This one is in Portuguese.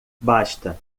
basta